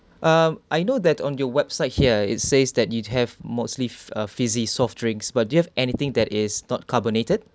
um I know that on your website here it says that you have mostly uh frizzy soft drinks but do you have anything that is not carbonated